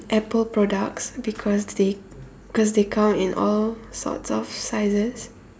apple products because they because they come in all sorts of sizes